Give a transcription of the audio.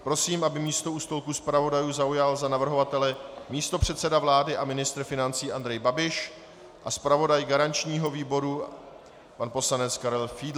Prosím, aby místo u stolku zpravodajů zaujal za navrhovatele místopředseda vlády a ministr financí Andrej Babiš a zpravodaj garančního výboru pan poslanec Karel Fiedler.